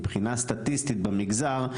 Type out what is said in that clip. במגזר,